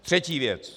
Třetí věc.